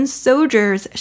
soldiers